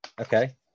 okay